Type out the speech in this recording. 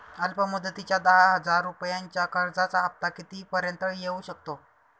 अल्प मुदतीच्या दहा हजार रुपयांच्या कर्जाचा हफ्ता किती पर्यंत येवू शकतो?